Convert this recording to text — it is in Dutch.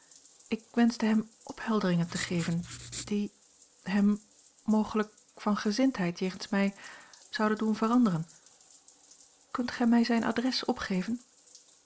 ik wenschte hem ophelderingen tegeven die hem mogelijk van gezindheid jegens mij zouden doen veranderen kunt gij mij zijn adres opgeven